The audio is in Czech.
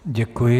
Děkuji.